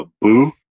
Boo